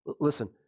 listen